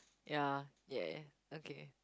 ya ya okay